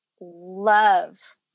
love